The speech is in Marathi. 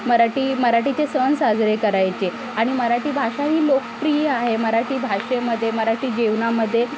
मराठी मराठीचे सण साजरे करायचे आणि मराठी भाषा ही लोकप्रिय आहे मराठी भाषेमध्ये मराठी जेवणामध्ये